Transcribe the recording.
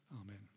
Amen